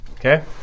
okay